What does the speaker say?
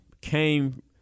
came